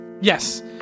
Yes